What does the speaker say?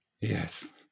Yes